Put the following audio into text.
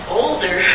older